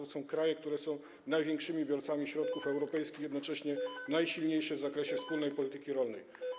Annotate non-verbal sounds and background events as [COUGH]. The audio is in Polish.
To są kraje, które są największymi biorcami środków europejskich, [NOISE] jednocześnie są najsilniejsze w zakresie wspólnej polityki rolnej.